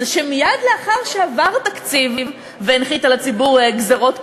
זה שמייד לאחר שעבר התקציב והנחית על הציבור גזירות,